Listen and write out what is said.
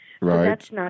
Right